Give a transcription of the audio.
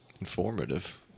Informative